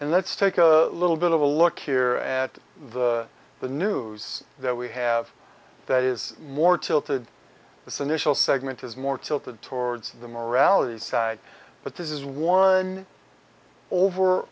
and let's take a little bit of a look here at the news that we have that is more tilted this initial segment is more tilted towards the morality side but this is one over